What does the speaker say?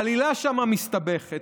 העלילה שם מסתבכת,